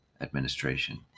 administration